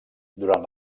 durant